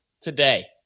today